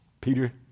Peter